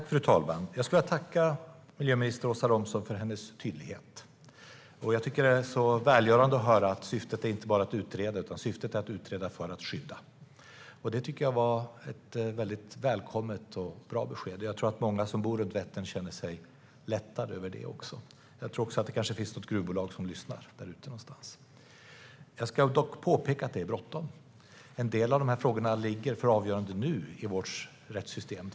Fru talman! Jag vill tacka miljöminister Åsa Romson för hennes tydlighet. Det är välgörande att höra att syftet inte bara är att utreda utan att utreda för att skydda. Det var ett väldigt välkommet och bra besked. Jag tror att många som bor runt Vättern känner sig lättade över det. Det finns kanske också något gruvbolag där ute någonstans som lyssnar. Jag ska dock påpeka att det är bråttom. En del av frågorna ligger nu för avgörande i vårt rättssystem.